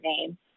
name